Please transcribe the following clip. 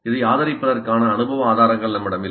இதை ஆதரிப்பதற்கான அனுபவ ஆதாரங்கள் நம்மிடம் இல்லை